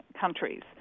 countries